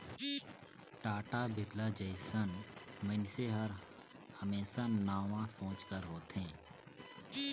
टाटा, बिरला जइसन मइनसे हर हमेसा नावा सोंच कर होथे